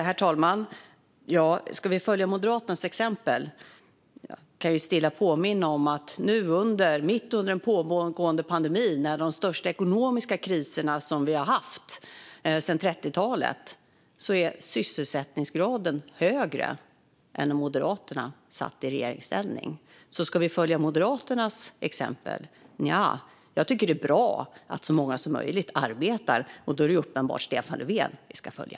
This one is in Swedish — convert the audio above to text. Herr talman! Ska vi följa Moderaternas exempel? Jag kan stilla påminna om att nu, mitt under en pågående pandemi och en av de största ekonomiska kriserna som vi har haft sedan 30-talet, är sysselsättningsgraden högre än när Moderaterna satt i regeringsställning. Ska vi då följa Moderaternas exempel? Nja, jag tycker att det är bra att så många som möjligt arbetar, och då är det uppenbart att det är Stefan Löfven som vi ska följa.